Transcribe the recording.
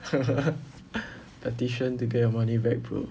petition to get your money back bro